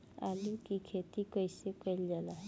आलू की खेती कइसे कइल जाला?